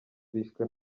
bishwe